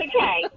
Okay